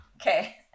Okay